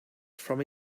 from